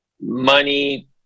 money